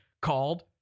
called